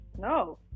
no